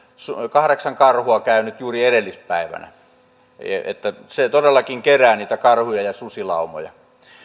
kahdeksan karhua käynyt juuri edellispäivänä niin että se todellakin kerää niitä karhuja ja susilaumoja